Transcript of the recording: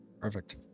Perfect